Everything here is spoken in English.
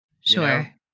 Sure